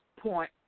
point